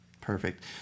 perfect